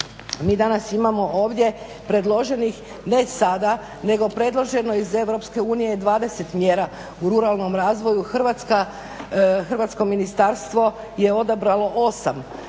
mi danas imamo ovdje predloženih, ne sada nego predloženo je iz Europske unije 20 mjera u ruralnom razvoju hrvatsko ministarstvo je odabralo 8